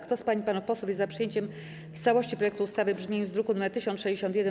Kto z pań i panów posłów jest za przyjęciem w całości projektu ustawy w brzmieniu z druku nr 1061,